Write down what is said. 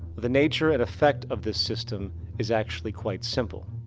the nature and effect of this system is actually quite simple